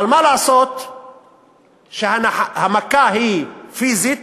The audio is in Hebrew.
אבל מה לעשות שהמכה היא פיזית